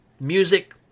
Music